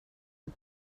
and